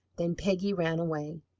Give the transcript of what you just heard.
then peggy ran away.